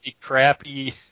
crappy